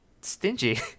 stingy